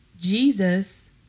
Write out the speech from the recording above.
Jesus